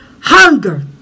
hunger